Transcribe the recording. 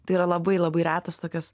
tai yra labai labai retos tokios